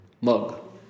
Mug